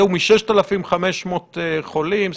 היום 6,500 חולים.